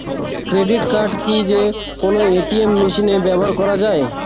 Credit card কি যে কোনো এ.টি.এম মেশিনে ব্যবহার করা য়ায়?